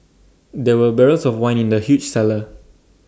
there were barrels of wine in the huge cellar